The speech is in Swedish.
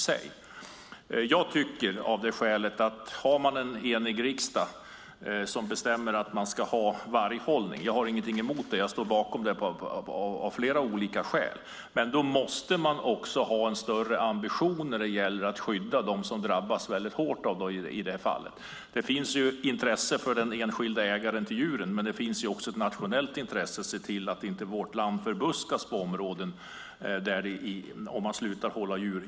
Om vi har en enig riksdag som beslutar att vi ska ha vargar - jag har ingenting emot det; jag står bakom det av flera skäl - måste vi också ha större ambitioner att skydda dem som i så fall drabbas hårt av vargangrepp. Det finns ett intresse för den enskilde djurägaren men det finns också ett nationellt intresse att se till att vårt land inte förbuskas, vilket kommer att hända om man slutar hålla djur.